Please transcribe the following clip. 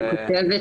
רגע,